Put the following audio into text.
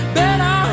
better